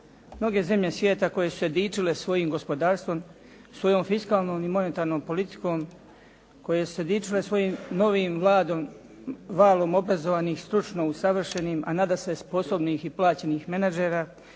mnoge zemlje svijeta koje su se dičile svojim gospodarstvom, svojom fiskalnom i monetarnom politikom, koje su se dičile svojim novim valom obrazovanih, stručno usavršenim a nadasve sposobnih i plaćenih menadžera